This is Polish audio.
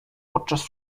podczas